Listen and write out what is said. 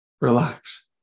Relax